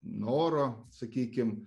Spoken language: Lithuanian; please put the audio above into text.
noro sakykim